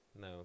No